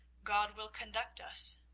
god will conduct us.